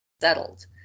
settled